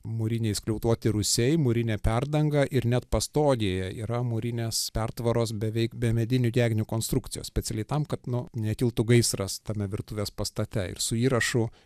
mūriniai skliautuoti rūsiai mūrinė perdanga ir net pastogėje yra mūrinės pertvaros beveik be medinių gegnių konstrukcijos specialiai tam kad nu nekiltų gaisras tame virtuvės pastate ir su įrašu